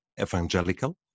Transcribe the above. evangelical